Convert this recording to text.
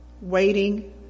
waiting